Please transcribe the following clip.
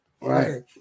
right